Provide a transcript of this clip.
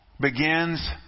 begins